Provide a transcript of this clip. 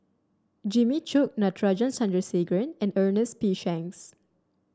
Jimmy Chok Natarajan Chandrasekaran and Ernest P Shanks